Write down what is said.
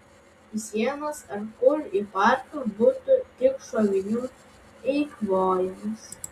į sienas ar kur į parką būtų tik šovinių eikvojimas